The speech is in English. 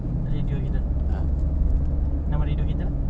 radio kita nama radio kita